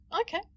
Okay